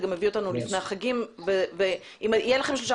זה גם מביא אותנו לפני החגים ואם יהיו לכם שלושה